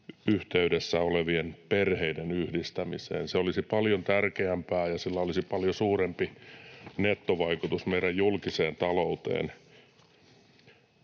yhteydessä olevien perheiden yhdistämiseen. Se olisi paljon tärkeämpää ja sillä olisi paljon suurempi nettovaikutus meidän julkiseen talouteen.